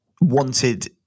wanted